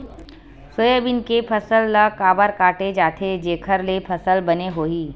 Soybean के फसल ल काबर काटे जाथे जेखर ले फसल बने होही?